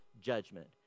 judgment